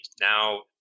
now